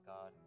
God